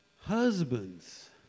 Husbands